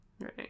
right